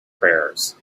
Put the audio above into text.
prayers